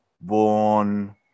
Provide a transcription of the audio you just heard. born